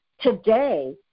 today